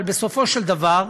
אבל בסופו של דבר,